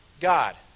God